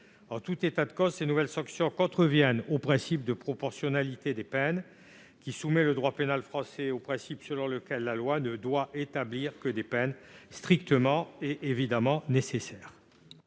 En tout état de cause, ces nouvelles sanctions contreviennent au principe de proportionnalité des peines, qui soumet le droit pénal français au principe selon lequel la loi ne doit établir que des peines strictement et évidemment nécessaires.